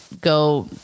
go